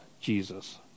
Jesus